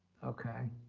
okay.